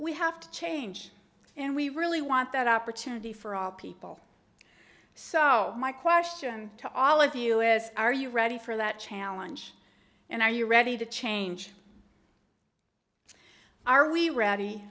we have to change and we really want that opportunity for all people so my question to all of you is are you ready for that challenge and are you ready to change are we ready